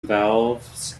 valves